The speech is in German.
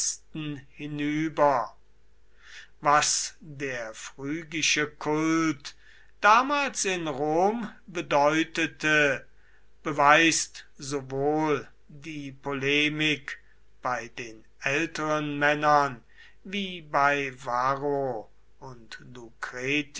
hinüber was der phrygische kult damals in rom bedeutete beweist sowohl die polemik bei den älteren männern wie bei varro und